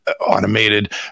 automated